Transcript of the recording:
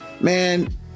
man